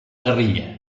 guerrilla